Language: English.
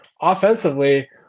offensively